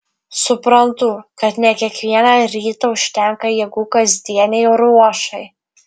suprantu kad ne kiekvieną rytą užtenka jėgų kasdienei ruošai